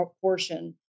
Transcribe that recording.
portion